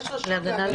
יש רשות להגנת עדים.